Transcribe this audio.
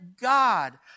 God